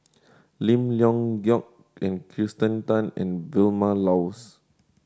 Lim Leong Geok Kirsten Tan and Vilma Laus